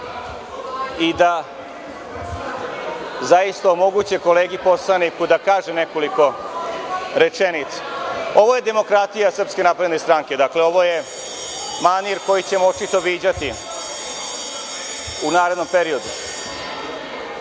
i da zaista omoguće kolegi poslaniku da kaže nekoliko rečenica. Ovo je demokratija SNS. Dakle, ovo je manir koji ćemo očito viđati u narednom periodu.